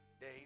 day